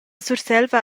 surselva